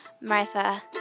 Martha